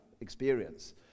experience